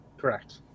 Correct